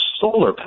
solar